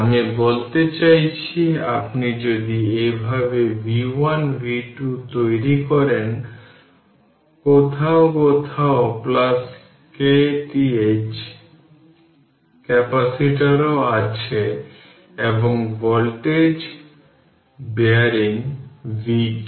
আমি বলতে চাইছি আপনি যদি এইভাবে v1 v2 তৈরি করেন কোথাও কোথাও kth ক্যাপাসিটরও আছে এবং ভোল্টেজ বিয়ারিং vk